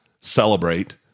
celebrate